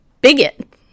bigot